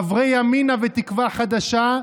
חברי ימינה ותקווה חדשה,